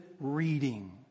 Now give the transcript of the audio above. reading